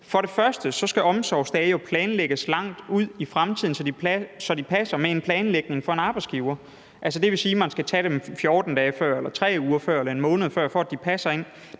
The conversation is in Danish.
vores forslag. Omsorgsdage skal jo planlægges langt ud i fremtiden, så de passer med en planlægning for en arbejdsgiver. Altså, det vil sige, at man skal tage dem 14 dage før, 3 uger før eller 1 måned før, for at det passer ind.